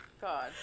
God